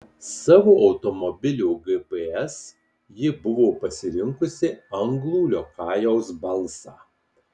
savo automobilio gps ji buvo pasirinkusi anglų liokajaus balsą